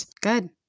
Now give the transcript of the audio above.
Good